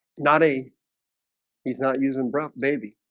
naughty he's not using broth baby.